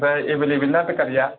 आमफ्राइ एभेलेबेल ना बे गारिआ